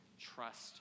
trust